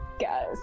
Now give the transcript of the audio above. Guys